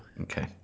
Okay